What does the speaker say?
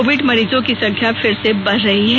Covid मरीजों की संख्या फिर से बढ़ रही है